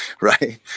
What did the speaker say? Right